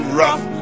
rough